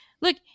look